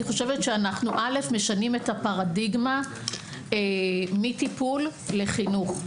אני חושבת שאנחנו משנים את הפרדיגמה מטיפול לחינוך.